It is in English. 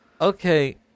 Okay